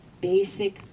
basic